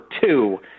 two